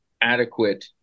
adequate